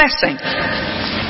blessing